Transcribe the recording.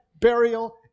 burial